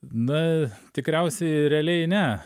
na tikriausiai realiai ne